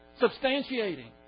substantiating